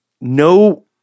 no